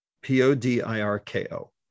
P-O-D-I-R-K-O